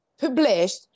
published